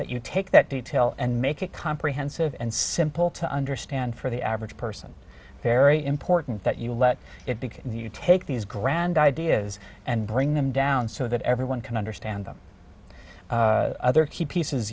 that you take that detail and make it comprehensive and simple to understand for the average person very important that you let it become the you take these grand ideas and bring them down so that everyone can understand them other key pieces